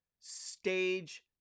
Stage